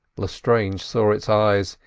lestrange saw its eyes,